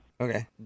Okay